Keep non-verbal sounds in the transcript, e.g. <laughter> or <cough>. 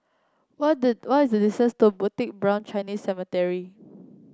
what the what is the <unintelligible> to Bukit Brown Chinese Cemetery